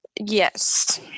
Yes